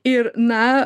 ir na